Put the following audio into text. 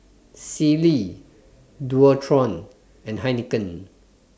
Sealy Dualtron and Heinekein